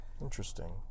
Interesting